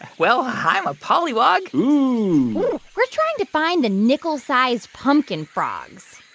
well, i'm a polliwog we're trying to find the nickel-sized pumpkin frogs ah,